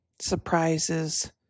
surprises